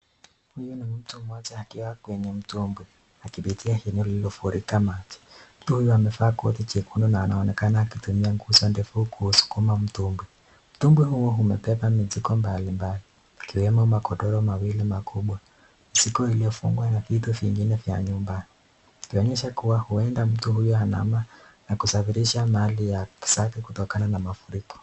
Huyu ni mtu mmoja akiwa kwenye mtumbwi na kibeti yake lililofurika maji. Huyu amevaa koti jekundu na anaonekana akitumia nguzo refu kuskuma mtumbwi . Mtumbwi huo umebeba mizigo mbalimbali ikiwemo magodoro mawili makubwa siku iliyofungwa na vitu vingine vya nyumba ikionyesha kuwa huwenda mtu huyu anahama na kusafirisha mali zake kutokana na mafuriko.